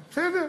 בסדר?